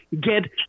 get